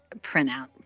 printout